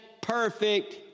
perfect